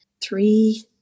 three